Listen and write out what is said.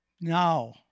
Now